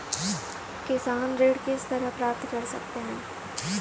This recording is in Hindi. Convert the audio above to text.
किसान ऋण किस तरह प्राप्त कर सकते हैं?